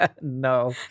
No